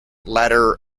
latter